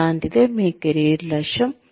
అలాంటిదే మీ కెరీర్ లక్ష్యం